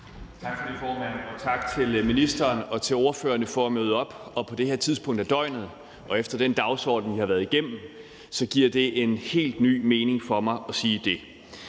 Tak for det, formand, og tak til ministeren og til ordførerne for at møde op på det her tidspunkt af døgnet. Efter den dagsorden, vi har været igennem, giver det en helt ny mening for mig at sige det.